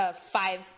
five